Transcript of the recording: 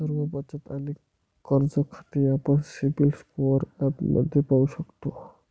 सर्व बचत आणि कर्ज खाती आपण सिबिल स्कोअर ॲपमध्ये पाहू शकतो